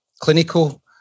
clinical